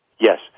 Yes